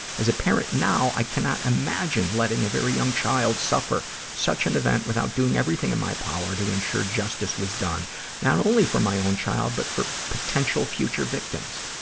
as a parent now, i cannot imagine letting a very young child suffer such any and event without doing everything in my power to ensure justice was done not only for my own child, but for potential future victims.